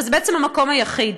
אבל זה בעצם המקום היחיד.